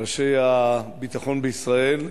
ראשי הביטחון בישראל,